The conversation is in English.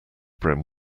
brim